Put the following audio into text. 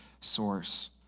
source